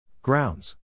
Grounds